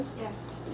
Yes